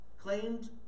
claimed